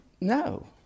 No